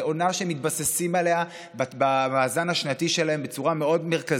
זו עונה שהם מתבססים עליה במאזן השנתי שלהם בצורה מאוד מרכזית,